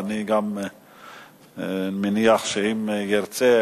ואני גם מניח שאם ירצה,